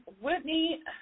Whitney